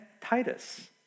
Titus